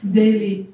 daily